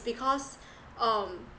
because um